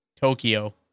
Tokyo